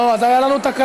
לא, אז הייתה לנו תקלה.